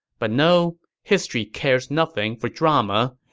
but no, history cares nothing for drama,